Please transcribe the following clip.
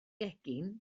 gegin